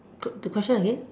quote the question again